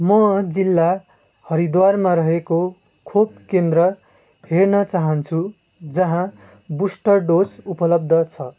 म जिल्ला हरिद्वारमा रहेको खोप केन्द्र हेर्न चाहन्छु जहाँ बुस्टर डोज उपलब्ध छ